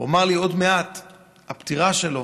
הוא אמר לי: עוד מעט יום השנה לפטירה שלו.